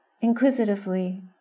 inquisitively